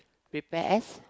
prepare